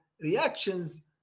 reactions